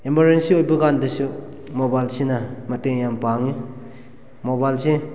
emergency ꯑꯣꯏꯕꯀꯥꯟꯗꯁꯨ ꯃꯣꯕꯥꯏꯜꯁꯤꯅ ꯃꯇꯦꯡ ꯌꯥꯝ ꯄꯥꯡꯉꯤ ꯃꯣꯕꯥꯏꯜꯁꯦ